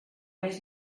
més